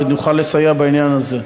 ונוכל לסייע בעניין הזה.